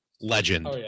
Legend